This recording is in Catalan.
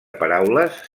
paraules